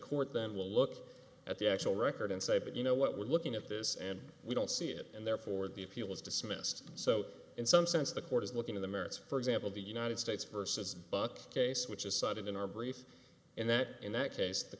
court then will look at the actual record and say that you know what we're looking at this and we don't see it and therefore the appeal is dismissed so in some sense the court is looking at the merits for example the united states versus buck case which is cited in our brief in that in that case the